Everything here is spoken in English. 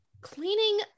cleaning